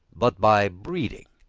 but by breeding.